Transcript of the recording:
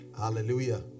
Hallelujah